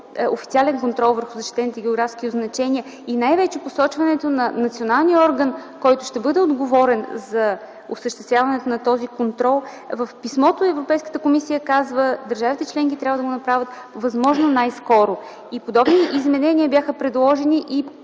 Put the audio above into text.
официален контрол върху защитените географски означения и най-вече посочването на националния орган, който ще бъде отговорен за осъществяването на този контрол. В писмото Европейската комисия казва: „Държавите членки трябва да го направят възможно най-скоро”. Подобни изменения бяха предложени и